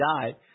died